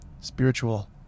spiritual